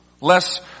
less